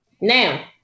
Now